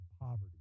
poverty